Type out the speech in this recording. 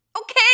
Okay